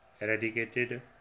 eradicated